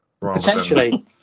Potentially